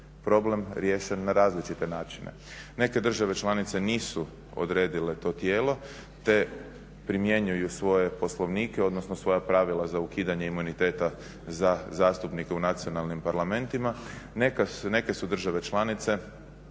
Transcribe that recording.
problem riješen na različite načine. Neke države članice nisu odredile to tijelo te primjenjuju svoje poslovnike odnosno svoja pravila za ukidanje imuniteta za zastupnike u nacionalnim parlamentima, neke su države članice